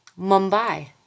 Mumbai